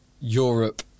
Europe